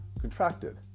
contracted